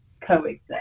coexist